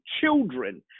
children